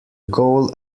goal